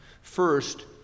First